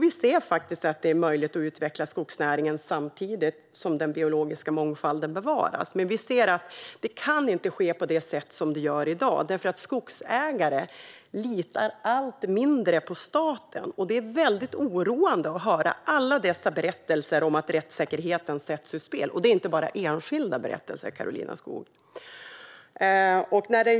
Vi ser faktiskt att det är möjligt att utveckla skogsnäringen samtidigt som den biologiska mångfalden bevaras. Men det kan inte ske på det sätt som det gör i dag, för skogsägare litar allt mindre på staten. Det är väldigt oroande att höra alla dessa berättelser om att rättssäkerheten sätts ur spel. Det är inte bara enskilda berättelser, Karolina Skog.